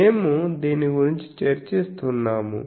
మేము దీని గురించి చర్చిస్తున్నాము